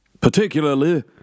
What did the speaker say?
Particularly